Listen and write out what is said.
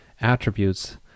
attributes